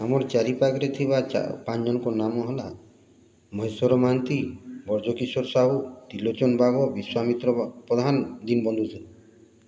ଆମର ଚାରିପାଖରେ ଥିବା ପାଞ୍ଚଜଣଙ୍କ ନାମ ହେଲା ମହେଶ୍ୱର ମହାନ୍ତି ବ୍ରଜକିଶୋର ସାହୁ ତ୍ରିଲୋଚନ ବାଘ ବିଶ୍ଵାମିତ୍ର ପ୍ରଧାନ ଦୀନବନ୍ଧୁ ଜେନ